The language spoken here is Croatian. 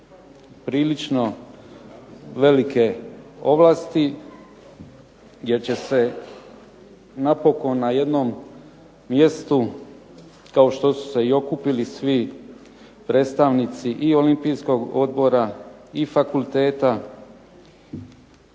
prilično velike ovlasti, jer će se napokon na jednom mjestu kao što su se i okupili svi predstavnici i olimpijskog odbora i fakulteta,